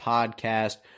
Podcast